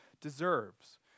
deserves